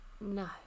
No